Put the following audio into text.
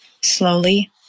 Slowly